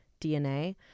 DNA